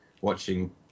watching